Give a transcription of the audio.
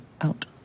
out